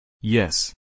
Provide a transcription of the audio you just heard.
Yes